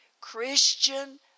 Christian